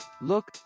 look